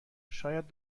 شاید